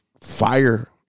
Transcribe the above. fire